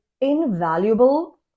invaluable